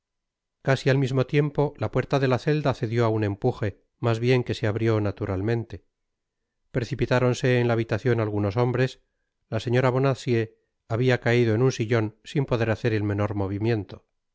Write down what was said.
casi al mismo tiempo la puerta de la celda cedió á un empuje mas bien que se abrió naturalmente precipitáronse en la habitacion algunos hombres la señora bonacieux habia caido en un sillon sin poder hacer el menor movimiento